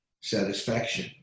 satisfaction